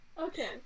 Okay